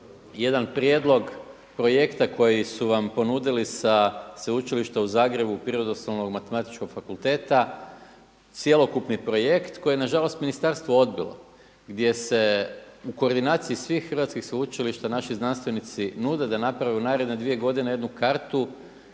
jedan prijedlog projekta koji su vam ponudili sa Sveučilišta u Zagrebu Prirodoslovno-matematičkog fakulteta cjelokupni projekt koje je na žalost ministarstvo odbilo, gdje se u koordinaciji svih hrvatskih sveučilišta naši znanstvenici nude da naprave u naredne dvije godine jednu kartu